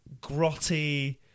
grotty